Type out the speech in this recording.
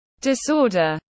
disorder